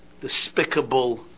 despicable